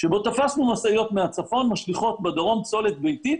שבו תפסנו משאיות מהצפון משליכות בדרום פסולת ביתית